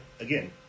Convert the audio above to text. Again